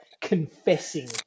confessing